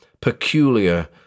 peculiar